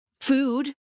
food